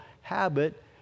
habit